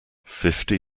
fifty